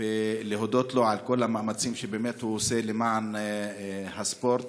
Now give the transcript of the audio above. כדי להודות לו על כל המאמצים שהוא עושה למען הספורט.